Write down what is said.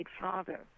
father